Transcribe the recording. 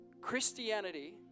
Christianity